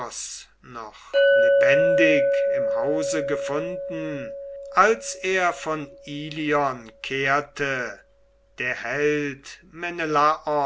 noch lebendig im hause gefunden als er von ilion kehrte der held